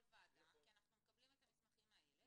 ועדה כי אנחנו מקבלים את המסמכים מהילד.